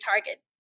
target